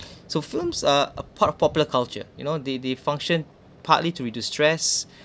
so films are a part of popular culture you know they they function partly to distress